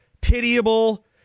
pitiable